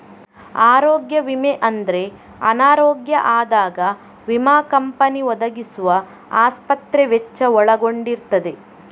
ಆರೋಗ್ಯ ವಿಮೆ ಅಂದ್ರೆ ಅನಾರೋಗ್ಯ ಆದಾಗ ವಿಮಾ ಕಂಪನಿ ಒದಗಿಸುವ ಆಸ್ಪತ್ರೆ ವೆಚ್ಚ ಒಳಗೊಂಡಿರ್ತದೆ